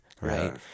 right